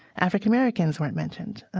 african-americans weren't mentioned,